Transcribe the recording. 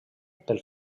pel